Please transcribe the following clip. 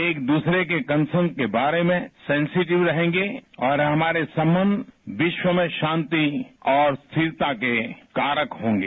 एक दूसरे के कंसर्न के बारे में सेनसिटिव रहेंगे और हमारे संबंध विश्व में शांति और स्थिरता के कारक होंगे